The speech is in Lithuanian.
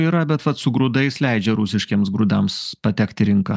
yra bet va su grūdais leidžia rusiškiems grūdams patekt į rinką